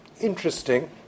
interesting